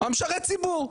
משרת הציבור.